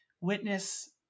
witness